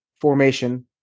formation